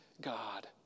God